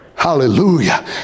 Hallelujah